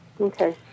Okay